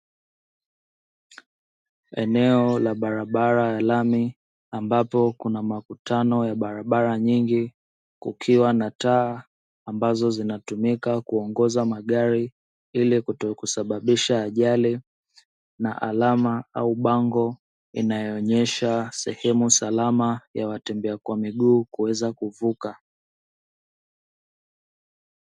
Eneo la barabara ya lami, ambapo kuna makutano ya barabara nyingi kukiwa na taa ambazo zinatumika kuongoza magari ili kutokusababisha ajali, na alama au bango inayoonyesha sehemu salama ya watembea kwa miguu kuweza kuvuka.